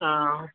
ஆ ஆ